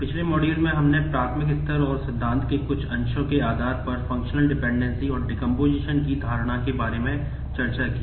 पिछले मॉड्यूल में हमने प्राथमिक स्तर और उसके सिद्धांत के कुछ अंशों के आधार पर फंक्शनल डिपेंडेंसी की धारणा के बारे में चर्चा की